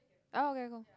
oh okay cool